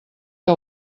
que